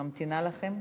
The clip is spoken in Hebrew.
ממתינה לכם.